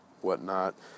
whatnot